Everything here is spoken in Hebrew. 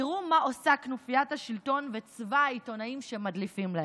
תראו מה עושים כנופיית השלטון וצבא העיתונאים שמדליפים להם.